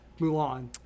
Mulan